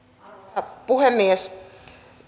arvoisa puhemies